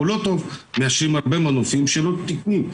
מאשרים הרבה מנופים לא תקניים.